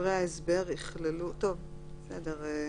דברי ההסבר יכללו בסדר.